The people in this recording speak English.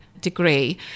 degree